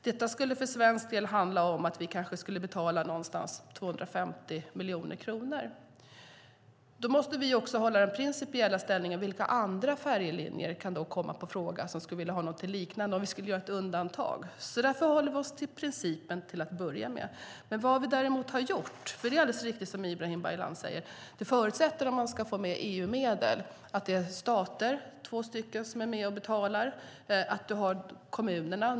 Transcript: Detta skulle för svensk del handla om att vi kanske skulle betala ungefär 250 miljoner kronor. Då måste vi också hålla den principiella ställningen vilka andra färjelinjer som kan komma i fråga som skulle vilja ha någonting liknande, om vi skulle göra ett undantag. Därför håller vi oss till principen till att börja med. Det är alldeles riktigt som Ibrahim Baylan säger att det om man ska få EU-medel förutsätter att det är två stater som är med och betalar och att kommunerna är med.